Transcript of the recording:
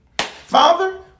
Father